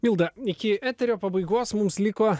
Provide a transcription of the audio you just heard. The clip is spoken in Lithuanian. milda iki eterio pabaigos mums liko